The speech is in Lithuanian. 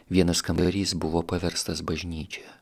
vienas kambarys buvo paverstas bažnyčia